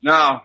Now